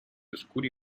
oscuri